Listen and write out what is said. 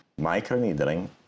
Microneedling